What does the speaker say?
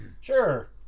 Sure